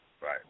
Right